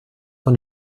von